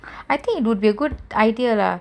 I think it would be a good idea lah